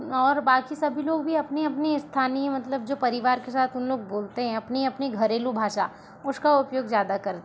और बाकी सब भी लोग भी अपनी अपनी स्थानीय मतलब जो परिवार के साथ उन लोग बोलते है अपनी अपनी घरेलू भाषा उसका उपयोग ज़्यादा करते हैं